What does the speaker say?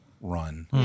run